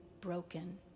broken